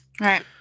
Right